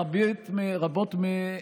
רבות מהם,